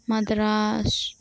Madras